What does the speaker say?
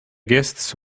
guests